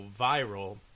viral